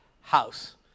house